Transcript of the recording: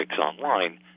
online